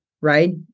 Right